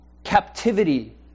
Captivity